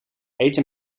eten